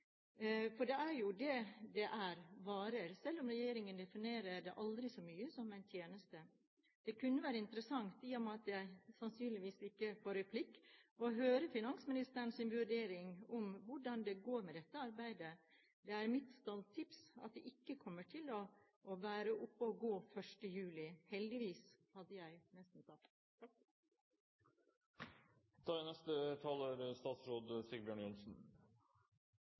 selv om regjeringen definerer det aldri så mye som en tjeneste. Det kunne være interessant, i og med at jeg sannsynligvis ikke får replikk, å høre finansministerens vurdering av hvordan det går med det arbeidet. Det er mitt stalltips at det ikke kommer til å være oppe og stå 1. juli – heldigvis hadde jeg nesten sagt. Dette er